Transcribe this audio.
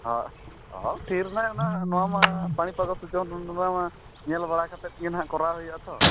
ᱦᱮᱸ ᱱᱚᱣᱟ ᱢᱟ ᱯᱟᱱᱤᱯᱟᱫᱟ ᱱᱚᱣᱟ ᱢᱟ ᱧᱮᱞᱵᱟᱲᱟ ᱠᱟᱛᱮᱫᱜᱮ ᱱᱟᱦᱟᱜ ᱠᱚᱨᱟᱣ ᱦᱩᱭᱩᱜᱼᱟ ᱛᱚ